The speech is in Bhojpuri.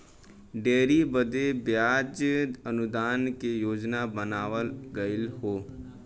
डेयरी बदे बियाज अनुदान के योजना बनावल गएल हौ